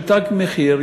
של "תג מחיר",